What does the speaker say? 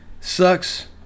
sucks